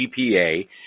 GPA